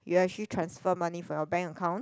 you actually transfer money from your bank account